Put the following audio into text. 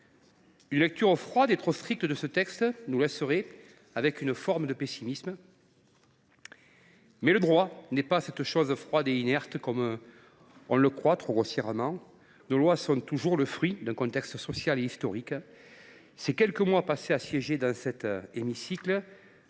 Une lecture froide et trop stricte de ce texte nous laisserait même avec une forme de pessimisme. Pour autant, le droit n’est pas une chose froide et inerte, comme on le croit trop grossièrement ; nos lois sont toujours le fruit d’un contexte social et historique. Les quelques mois que j’ai déjà passés dans cet hémicycle